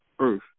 earth